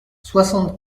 soixante